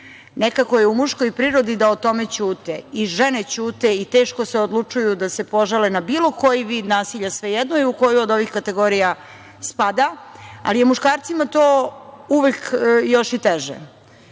nekako je u muškoj prirodi da o tome ćute. I žene ćute i teško se odlučuju da se požale na bilo koji vid nasilja, svejedno je u koju od ovih kategorija spada, ali je muškarcima to uvek još i teže. Tako